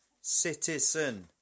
Citizen